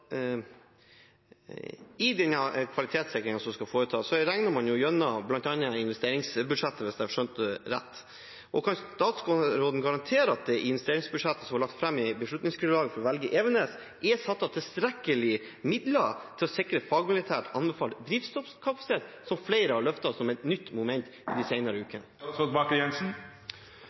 I kvalitetssikringen som skal foretas, regner man seg gjennom bl.a. investeringsbudsjettet, hvis jeg har skjønt det rett. Kan statsråden garantere at det i investeringsbudsjettet som ble lagt fram i beslutningsgrunnlaget for å velge Evenes, er satt av tilstrekkelige midler til å sikre en fagmilitært anbefalt drivstoffkapasitet, som flere har løftet som et nytt moment de senere ukene?